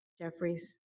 Jeffries